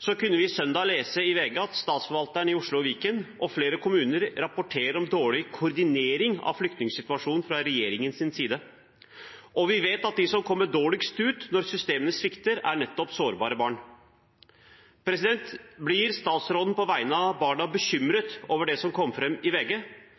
Så kunne vi søndag lese i VG at statsforvalteren i Oslo og Viken og flere kommuner rapporterer om dårlig koordinering av flyktningsituasjonen fra regjeringens side. Vi vet at de som kommer dårligst ut når systemene svikter, er nettopp sårbare barn. Blir statsråden, på vegne av barna, bekymret over det som kom fram i VG,